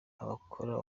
abakora